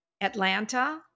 Atlanta